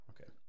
Okay